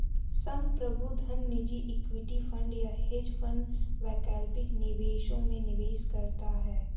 संप्रभु धन निजी इक्विटी फंड या हेज फंड वैकल्पिक निवेशों में निवेश करता है